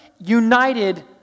united